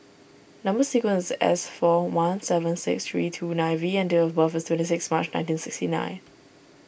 Number Sequence is S four one seven six three two nine V and date of birth is twenty six March nineteen sixty nine